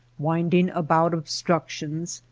winding about obstruc tions,